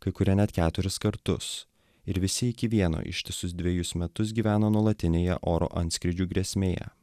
kai kurie net keturis kartus ir visi iki vieno ištisus dvejus metus gyvena nuolatinėje oro antskrydžių grėsmėje